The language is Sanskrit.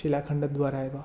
शिलाखण्डद्वारा एव